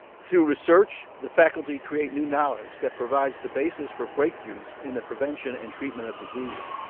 through research the faculty create new knowledge that provides the basis for breakthroughs in the prevention and treatment of disease.